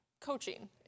coaching